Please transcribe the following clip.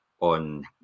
on